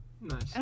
Nice